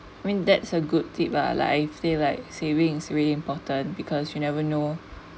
I mean that's a good tips lah like actually like savings is really important because you never know